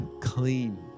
clean